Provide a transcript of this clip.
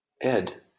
Ed